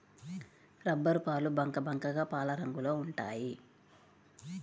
రబ్బరుపాలు బంకబంకగా పాలరంగులో ఉంటాయి